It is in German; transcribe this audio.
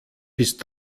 bist